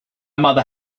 mother